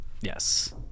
Yes